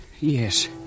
Yes